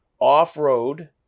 Off-road